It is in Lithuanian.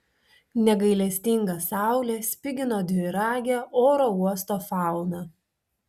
negailestinga saulė spigino dviragę oro uosto fauną